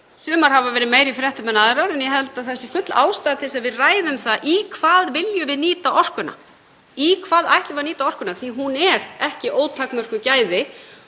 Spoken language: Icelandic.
Sumar hafa verið meira í fréttum en aðrar en ég held að það sé full ástæða til að við ræðum það í hvað við viljum nýta orkuna. Í hvað ætlum við að nýta orkuna, því að hún er ekki ótakmörkuð gæði?